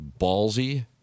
ballsy